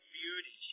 beauty